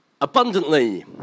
abundantly